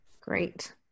Great